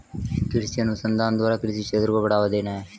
कृषि अनुसंधान द्वारा कृषि क्षेत्र को बढ़ावा देना है